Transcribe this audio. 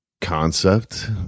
concept